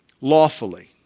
lawfully